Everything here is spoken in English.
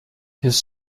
his